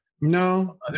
No